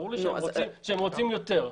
ברור לי שהם רוצים יותר.